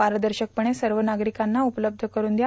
पारदर्शकपणे सर्व नागरिकांना उपलब्ध करून द्या